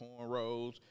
cornrows